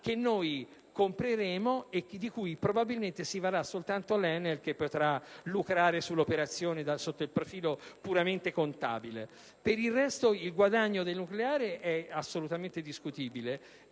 che noi compreremo e di cui, probabilmente, si avvarrà soltanto l'Enel, che potrà lucrare sull'operazione sotto il profilo puramente contabile. Per il resto, il guadagno del nucleare è assolutamente discutibile